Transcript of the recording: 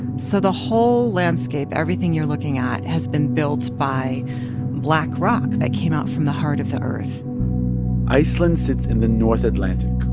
so the whole landscape, everything you're looking at, has been built by black rock that came out from the heart of the earth iceland sits in the north atlantic,